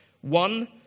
One